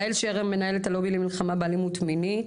יעל שרר, מנהלת הלובי למלחמה באלימות מינית.